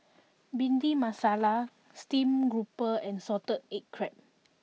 Bhindi Masala Stream Grouper and Salted Egg Crab